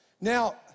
Now